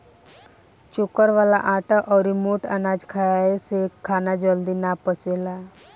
चोकर वाला आटा अउरी मोट अनाज खाए से खाना जल्दी ना पचेला